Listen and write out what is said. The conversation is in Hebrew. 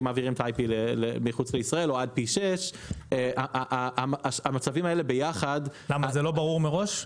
אם מעבירים את ה-IP מחוץ לישראל או עד פי 6. זה לא ברור מראש?